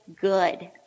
good